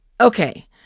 Okay